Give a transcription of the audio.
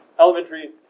Elementary